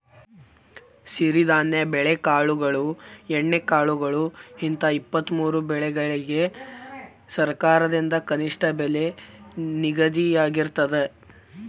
ಸಿರಿಧಾನ್ಯ ಬೆಳೆಕಾಳುಗಳು ಎಣ್ಣೆಕಾಳುಗಳು ಹಿಂತ ಇಪ್ಪತ್ತಮೂರು ಬೆಳಿಗಳಿಗ ಸರಕಾರದಿಂದ ಕನಿಷ್ಠ ಬೆಲೆ ನಿಗದಿಯಾಗಿರ್ತದ